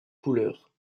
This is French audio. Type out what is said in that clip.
couleurs